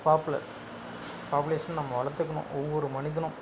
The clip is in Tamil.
பாப்புலர் பாப்புலேஷன் நம்ம வளர்த்துக்கணும் ஒவ்வொரு மனிதனும்